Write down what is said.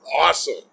awesome